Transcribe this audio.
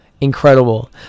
Incredible